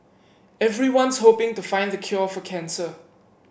everyone's hoping to find the cure for cancer